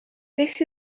beth